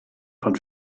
von